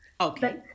Okay